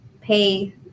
pay